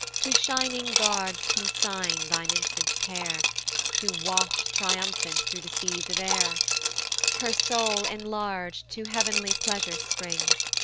to shining guards consign thine infant care to waft triumphant through the seas of air her soul enlarg'd to heav'nly pleasure springs,